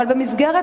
אבל במסגרת